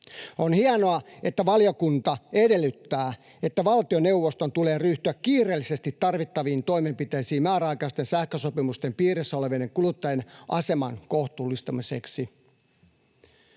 On hienoa, että valiokunta edellyttää, että valtioneuvoston tulee ryhtyä kiireellisesti tarvittaviin toimenpiteisiin määräaikaisten sähkösopimusten piirissä olevien kuluttajien aseman kohtuullistamiseksi.